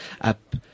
up